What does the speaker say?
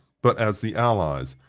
but as the allies,